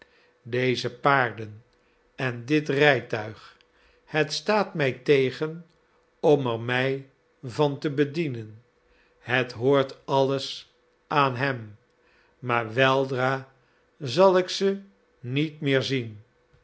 deze paarden en dit rijtuig het staat mij tegen om er mij van te bedienen het hoort alles aan hem maar weldra zal ik ze niet meer zien